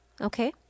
Okay